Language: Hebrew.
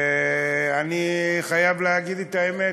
אני חייב להגיד את האמת,